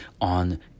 on